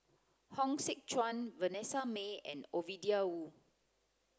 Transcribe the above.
Hong Sek Chern Vanessa Mae and Ovidia Yu